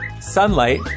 sunlight